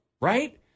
right